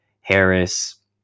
Harris